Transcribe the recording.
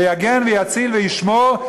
יגן ויציל וישמור,